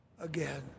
again